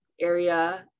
area